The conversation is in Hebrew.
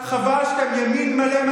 פשוט תזכור שאני זוכרת